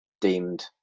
deemed